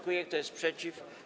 Kto jest przeciw?